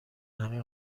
همه